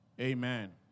Amen